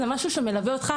זה משהו שמלווה אותך,